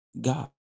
god